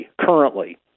Currently